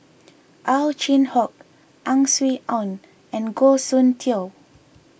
Ow Chin Hock Ang Swee Aun and Goh Soon Tioe